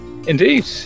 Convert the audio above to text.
indeed